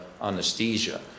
anesthesia